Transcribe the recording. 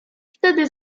wtedy